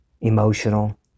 emotional